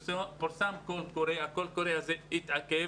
פורסם קול קורא והקול קורא הזה התעכב.